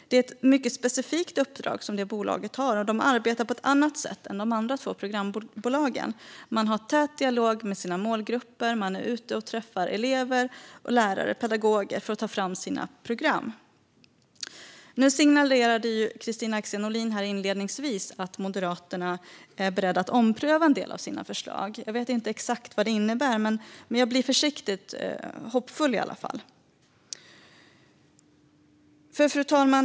Det är ett mycket specifikt uppdrag som detta bolag har, och det arbetar på ett annat sätt än de två andra programbolagen. Man har tät dialog med sina målgrupper, och man är ute och träffar elever, lärare och pedagoger för att ta fram sina program. Nu signalerade Kristina Axén Olin här inledningsvis att Moderaterna är beredda att ompröva en del av sina förslag. Jag vet inte exakt vad det innebär, men jag blir försiktigt hoppfull i alla fall. Fru talman!